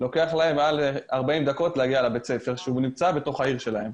לוקח להם מעל 40 דקות להגיע לבית הספר שנמצא בתוך העיר שלהם.